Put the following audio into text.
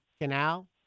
Canal